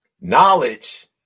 Knowledge